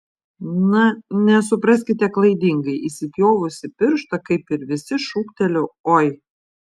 na nesupraskite klaidingai įsipjovusi pirštą kaip ir visi šūkteliu oi